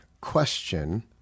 question